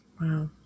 Wow